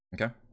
Okay